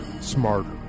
smarter